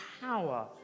power